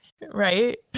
Right